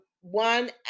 one